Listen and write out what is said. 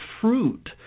fruit